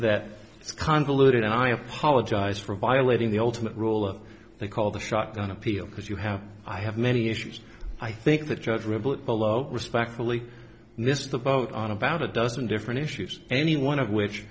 is convoluted and i apologize for violating the ultimate rule of they call the shotgun appeal because you have i have many issues i think the judge rebut below respectfully missed the boat on about a dozen different issues any one of which